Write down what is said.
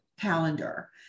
calendar